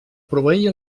proveir